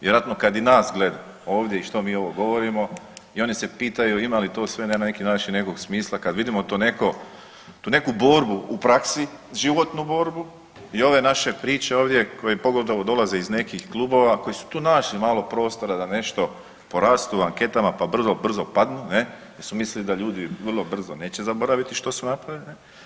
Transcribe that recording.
Vjerojatno kad i nas gleda ovdje i što mi ovo govorimo i oni se pitaju imali to sve na neki način nekog smisla kad vidimo to neko, tu neku borbu u praksi, životnu borbu i ove naše priče ovdje koje pogotovo dolaze iz nekih klubova koji su tu našli malo prostora da nešto porastu u anketama pa brzo, brzo padnu ne jer su mislili da ljudi vrlo brzo neće zaboraviti što su napravili.